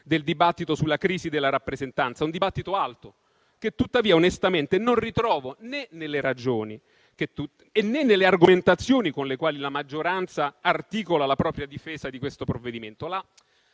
del dibattito sulla crisi della rappresentanza, un dibattito alto, che tuttavia, onestamente, non ritrovo né nelle ragioni, né nelle argomentazioni con le quali la maggioranza articola la propria difesa di questo provvedimento.